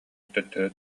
төттөрү